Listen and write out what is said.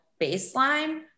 baseline